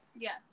Yes